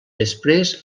després